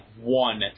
one